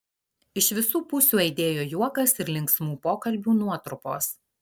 iš visu pusių aidėjo juokas ir linksmų pokalbių nuotrupos